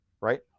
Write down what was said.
right